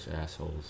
assholes